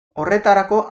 horretarako